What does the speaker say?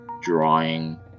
drawing